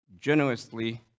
generously